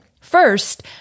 First